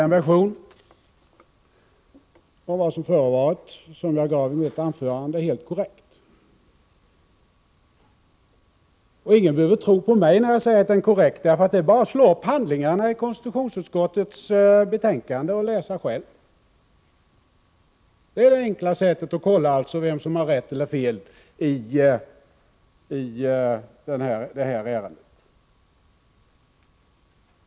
Den version av vad som har förevarit som jag gav i mitt anförande är, Olle Svensson, helt korrekt. Ingen behöver tro på mig när jag säger detta, för det är bara att slå upp handlingarna i konstitutionsutskottets betänkande och läsa själv. Det är det enklaste sättet att kolla vem som har rätt och vem som har fel idet här ärendet.